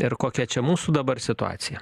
ir kokia čia mūsų dabar situacija